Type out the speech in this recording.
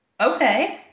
Okay